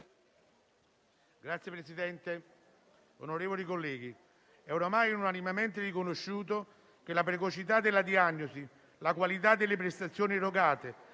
Signor Presidente, onorevoli colleghi, è ormai unanimemente riconosciuto che la precocità della diagnosi, la qualità delle prestazioni erogate,